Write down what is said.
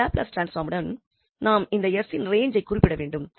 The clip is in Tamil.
இந்த லாப்லஸ் டிரான்ஸ்பாமுடன் நாம் இந்த 𝑠 இன் ரேஞ்ஜைக் குறிப்பிடவேண்டும்